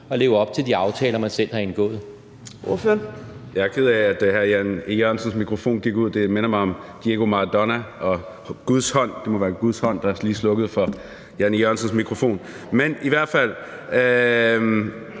at leve op til de aftaler, man selv har indgået?